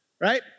right